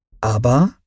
Aber